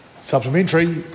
Supplementary